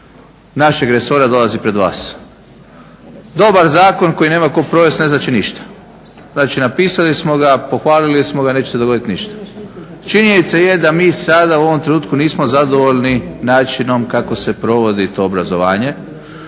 našeg resora dolazi pred vas. Dobar zakon koji nema tko provest ne znači ništa, znači napisali smo ga, pohvalili smo ga, neće se dogodit ništa. Činjenica je da mi sada u ovom trenutku nismo zadovoljni načinom kako se provodi to obrazovanje,